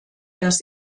dass